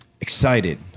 excited